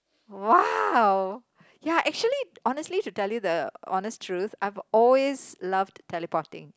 !wow! ya actually honestly to tell you the honest truth I've always loved teleporting